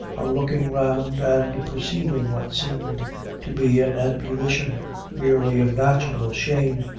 on looking round and perceiving what seemed to be an ebullition merely of natural shame,